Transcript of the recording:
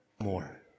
more